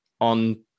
on